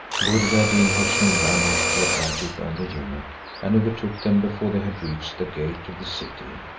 buddir ad deen houssun ran after agib and the eunuch, and overtook them before they had reached the gate of the city.